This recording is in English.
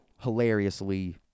hilariously